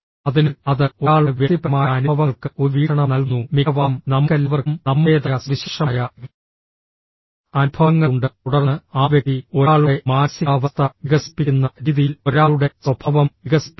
അതിനാൽ അത് ഒരാളുടെ വ്യക്തിപരമായ അനുഭവങ്ങൾക്ക് ഒരു വീക്ഷണം നൽകുന്നു മിക്കവാറും നമുക്കെല്ലാവർക്കും നമ്മുടേതായ സവിശേഷമായ അനുഭവങ്ങളുണ്ട് തുടർന്ന് ആ വ്യക്തി ഒരാളുടെ മാനസികാവസ്ഥ വികസിപ്പിക്കുന്ന രീതിയിൽ ഒരാളുടെ സ്വഭാവം വികസിപ്പിക്കുന്നു